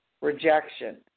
rejection